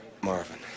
Marvin